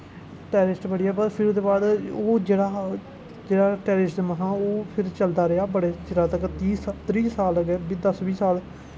terrorist बधी गेआ व फिर ओह्दे बाद ओह् जेह्ड़ा हा टैर्रिस्ट ओह् चलदा रेहा चिरा तक्कर त्रीह् साल दस बीह् साल